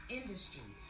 industry